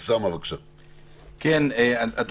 60 שניות כל אחד.